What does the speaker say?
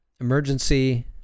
emergency